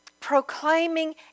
proclaiming